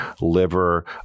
liver